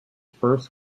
first